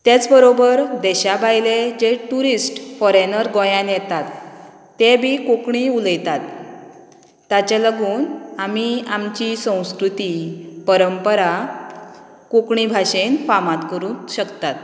त्याच बरोबर देशा भायले जे ट्युरिश्ट फोरेनर गोंयांत येतात ते बी कोंकणी उलयतात तांचे लागून आमी आमची संस्कृती परंपरा कोंकणी भाशेन फामाद करूंक शकतात